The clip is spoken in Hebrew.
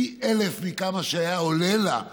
פי אלף מכמה שהיה עולה לה,